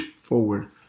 forward